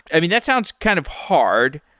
i mean, that sounds kind of hard.